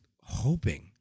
hoping